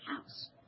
house